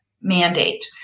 mandate